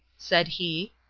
said he,